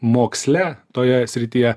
moksle toje srityje